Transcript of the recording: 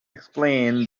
explain